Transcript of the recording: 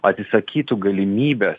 atsisakytų galimybės